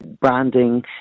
branding